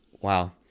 Wow